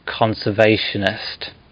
conservationist